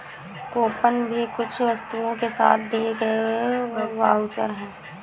coupon भी कुछ वस्तुओं के साथ दिए गए वाउचर है